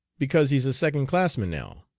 because he's a second-classman now,